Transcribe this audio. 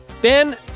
Ben